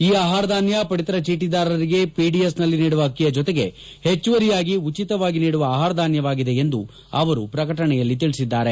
ಈ ಆಹಾರ ಧಾನ್ಯ ಪದಿತರಚೀಟಿದಾರರಿಗೆ ಪಿಡಿಎಸ್ನಲ್ಲಿ ನೀಡುವ ಅಕ್ಕಿಯ ಜೊತೆಗೆ ಹೆಚ್ಚುವರಿಯಾಗಿ ಉಚಿತವಾಗಿ ನೀಡುವ ಆಹಾರಧಾನ್ಯವಾಗಿದೆ ಎಂದು ಅವರು ಪ್ರಕಟಣೆಯಲ್ಲಿ ತಿಳಿಸಿದ್ದಾರೆ